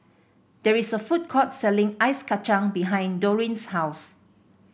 there is a food court selling Ice Kachang behind Doreen's house